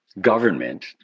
government